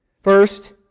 First